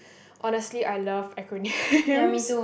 honestly I love acronyms